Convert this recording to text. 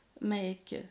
make